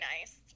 nice